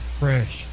fresh